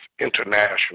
international